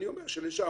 אני אומר ששם,